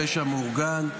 הפשע המאורגן,